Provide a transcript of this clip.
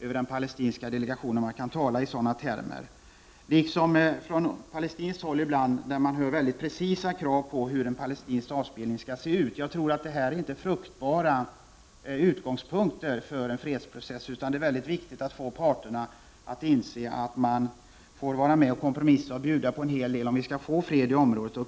över sammansättningen av den att vi kan tala i dessa termer. Från palestinskt håll hör man också ibland precisa krav på hur en palestinsk statsbildning skall se ut. Detta är inte fruktbara utgångspunkter för en fredsprocess. Det är viktigt att få parterna att inse att de får lov att kompromissa och bjuda på en hel del om det skall bli fred i området.